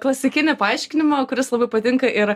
klasikinį paaiškinimą kuris labai patinka ir